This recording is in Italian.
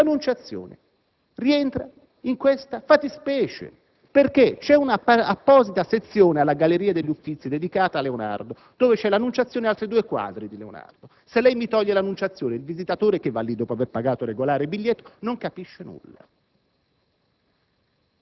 Ecco, l'«Annunciazione» rientra in questa fattispecie perché c'è un'apposita sezione alla Galleria degli Uffizi dedicata a Leonardo dove sono esposti l'opera «Annunciazione» e altri due quadri di Leonardo. Se si toglie l'«Annunciazione», il visitatore che va lì - dopo avere pagato regolare biglietto - non capisce nulla.